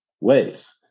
ways